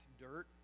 dirt